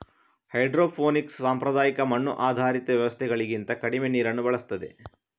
hydroponics ಸಾಂಪ್ರದಾಯಿಕ ಮಣ್ಣು ಆಧಾರಿತ ವ್ಯವಸ್ಥೆಗಳಿಗಿಂತ ಕಡಿಮೆ ನೀರನ್ನ ಬಳಸ್ತದೆ